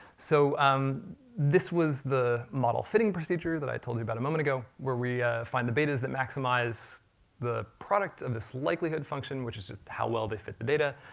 so this was the model-fitting procedure that i told you about a moment ago, where we find the betas that maximize the product of this likelihood function, which is just how well they fit the data,